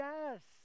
Yes